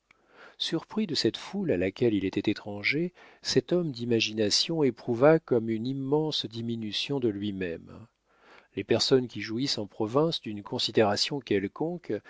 surpris de cette foule à laquelle il était étranger cet homme d'imagination éprouva comme une immense diminution de lui-même les personnes qui jouissent en province d'une considération quelconque